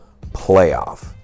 playoff